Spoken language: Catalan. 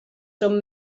són